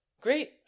great